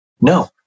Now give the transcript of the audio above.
No